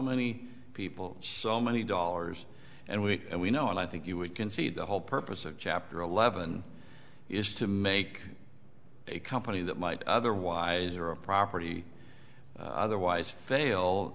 many people so many dollars and we and we know and i think you would concede the whole purpose of chapter eleven is to make company that might otherwise or a property otherwise fail